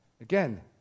Again